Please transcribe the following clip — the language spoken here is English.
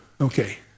Okay